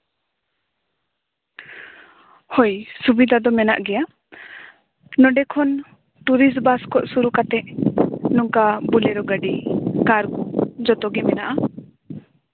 ᱦᱳᱭ ᱥᱩᱵᱤᱫᱷᱟ ᱫᱚ ᱢᱮᱱᱟᱜ ᱜᱮᱭᱟ ᱱᱚᱸᱰᱮ ᱠᱷᱚᱱ ᱴᱩᱨᱤᱥᱴ ᱵᱟᱥ ᱠᱷᱚᱱ ᱥᱩᱨᱩ ᱠᱟᱛᱮ ᱱᱚᱝᱠᱟ ᱵᱳᱞᱮᱨᱳ ᱜᱟᱹᱰᱤ ᱠᱟᱨ ᱫᱚ ᱡᱚᱛᱚ ᱜᱮ ᱢᱮᱱᱟᱜᱼᱟ